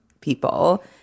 people